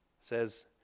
says